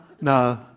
No